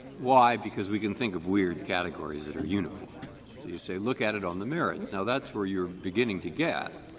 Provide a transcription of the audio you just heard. why? because we can think of weird categories that are uniform. so you say, look at it on the merits. now that's where you are beginning to get.